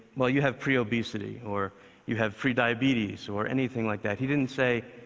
well, you have pre-obesity or you have pre-diabetes, or anything like that. he didn't say,